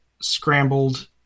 scrambled